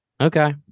Okay